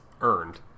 earned